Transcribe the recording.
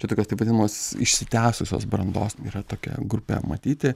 čia tokios taip vadinamos išsitęsusios brandos yra tokia grupė matyti